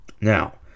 now